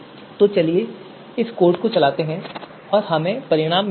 तो चलिए इस कोड को चलाते हैं और हमें परिणाम मिल जाएगा